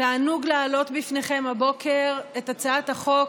תענוג להעלות בפניכם הבוקר את הצעת החוק,